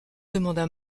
demanda